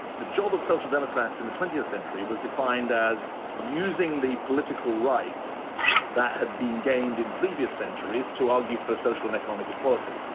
the job of social democrats in the twentieth century was defined as using the political rights that had been gained in previous centuries to argue for social and economic equality.